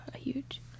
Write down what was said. huge